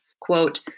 Quote